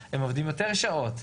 הם עובדים יותר שעות.